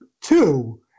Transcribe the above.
two